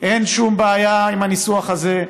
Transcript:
אין שום בעיה עם הניסוח הזה,